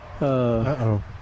Uh-oh